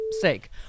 sake